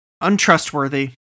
Untrustworthy